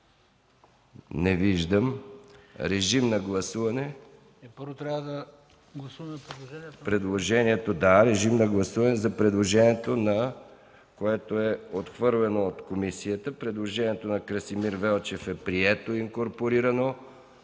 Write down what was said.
ПРЕДСЕДАТЕЛ МИХАИЛ МИКОВ: Предложението, да. Режим на гласуване за предложението, което е отхвърлено от комисията. Предложението на Красимир Велчев е прието и инкорпорирано.